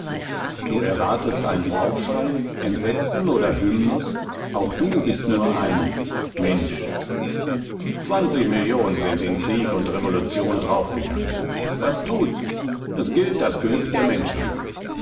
du erwartest einen aufschrei entsetzen oder hymnus auch du bist nur ein mensch zwanzig millionen sind in krieg und revolution draufgegangen was tuts es gilt das glück der menschheit